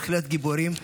בהחלט גיבורים.